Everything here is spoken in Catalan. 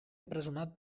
empresonat